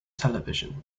television